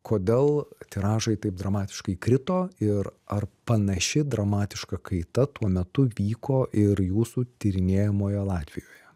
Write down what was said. kodėl tiražai taip dramatiškai krito ir ar panaši dramatiška kaita tuo metu vyko ir jūsų tyrinėjamoje latvijoje